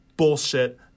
bullshit